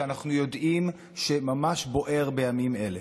שאנחנו יודעים שממש בוער בימים אלה.